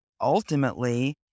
Ultimately